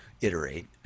iterate